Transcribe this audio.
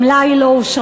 גם לה היא לא אושרה.